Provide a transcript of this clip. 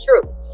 true